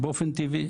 באופן טבעי